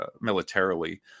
militarily